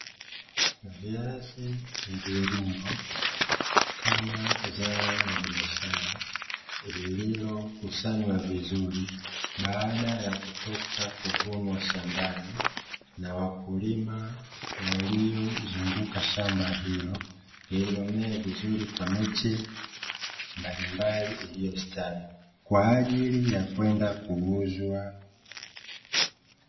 Viazi mviringo kama zao la biashara, lililokusanywa vizuri baada ya kutoka kuvunwa shambani na wakulima waliozunguka shamba hilo lililomea vizuri kwa miche mbalimbali iliyostawi kwa ajili ya kwenda kuuzwa.